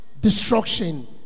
destruction